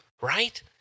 Right